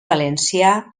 valencià